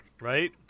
right